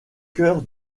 chœur